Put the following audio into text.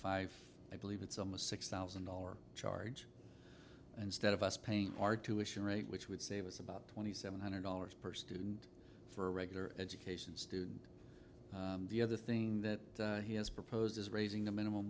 five i believe it's almost six thousand dollar charge and stead of us pain our tuition rate which would say was about twenty seven hundred dollars per student for regular education student the other thing that he has proposed is raising the minimum